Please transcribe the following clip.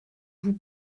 vous